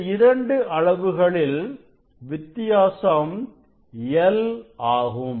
இந்த இரண்டு அளவுகளில் வித்தியாசம் l ஆகும்